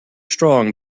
strong